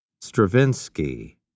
Stravinsky